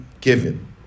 given